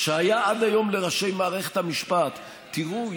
שהיה עד היום לראשי מערכת המשפט: תראו,